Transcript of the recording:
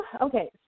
Okay